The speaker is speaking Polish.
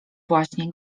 właśnie